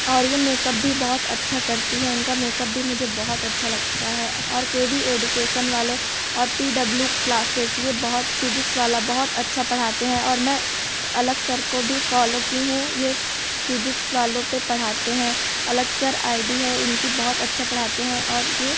और ये मेकअप भी बहुत अच्छा करती हैं इनका मेकअप भी मुझे बहुत अच्छा लगता है और के बी एजुकेशन वाले और पी डब्लू क्लासेस यह बहुत फिजिक्स वाला बहुत अच्छा पढ़ाते हैं और मैं अलख सर को भी फॉलो की हूँ यह फिजिक्स वाला पर पढ़ाते हैं अलख सर आइ डी है इनकी बहुत अच्छा पढ़ाते हैं और यह